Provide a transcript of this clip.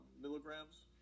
milligrams